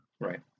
Right